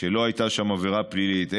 שלא הייתה שם עבירה פלילית,